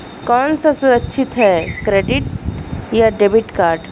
कौन सा सुरक्षित है क्रेडिट या डेबिट कार्ड?